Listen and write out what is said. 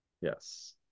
Yes